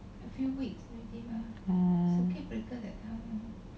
oh